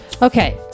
Okay